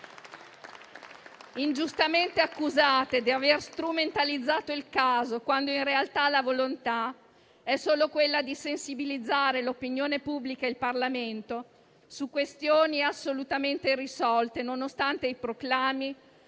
ingiustamente accusate di aver strumentalizzato il caso, quando in realtà la volontà è solo quella di sensibilizzare l'opinione pubblica e il Parlamento su questioni assolutamente irrisolte, nonostante i proclami